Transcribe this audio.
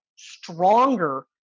stronger